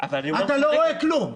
אתה לא רואה כלום.